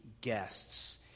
guests